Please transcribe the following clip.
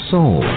Soul